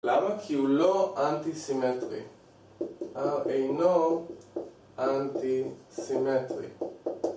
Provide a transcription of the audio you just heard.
למה כי הוא לא אנטי-סימטרי? אה, אינו אנטי-סימטרי